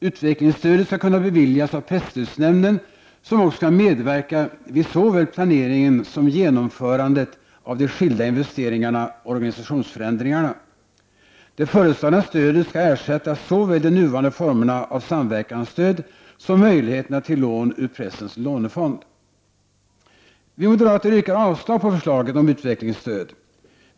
Utvecklingsstödet skall kunna beviljas av presstödsnämnden, som också skall medverka vid såväl planeringen som genomförandet av de skilda investeringarna och organisationsförändringarna. Det föreslagna stödet skall ersätta såväl de nuvarande formerna av samverkansstöd som möjligheterna till lån ur pressens lånefond. Vi moderater yrkar avslag på förslaget om utvecklingsstöd.